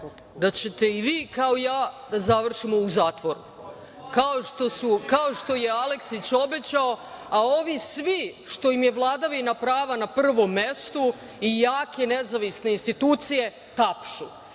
da ćete i vi, kao i ja, da završimo u zatvoru, kao što je Aleksić obećao, a ovi svi što im je vladavina prava na prvom mestu i jake nezavisne institucije tapšu.